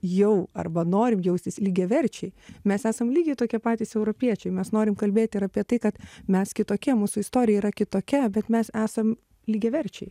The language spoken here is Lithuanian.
jau arba norim jaustis lygiaverčiai mes esam lygiai tokie patys europiečiai mes norim kalbėti ir apie tai kad mes kitokie mūsų istorija yra kitokia bet mes esam lygiaverčiai